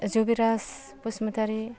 Jubiraj Basumatary